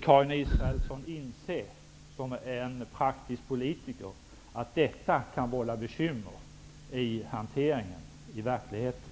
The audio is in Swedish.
Karin Israelsson, som är en praktisk politiker, borde också inse att detta kan vålla bekymmer i hanteringen, i verkligheten.